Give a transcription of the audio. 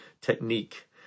technique